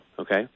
okay